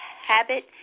habit